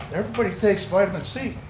everybody takes vitamin c,